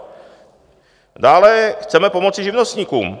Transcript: A dále chceme pomoci živnostníkům.